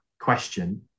question